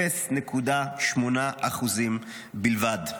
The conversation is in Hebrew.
0.8% בלבד.